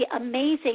amazing